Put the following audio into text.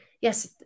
yes